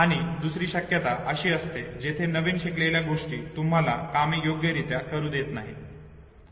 आणि दुसरी शक्यता अशी असते जेथे नवीन शिकलेल्या गोष्टी तुम्हाला कामे योग्यरित्या करू देत नाही